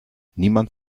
niemand